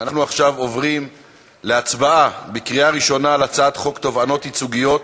אנחנו עוברים להצבעה בקריאה ראשונה על הצעת חוק תובענות ייצוגיות